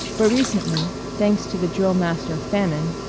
but recently, thanks to the drill-master famine,